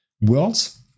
worlds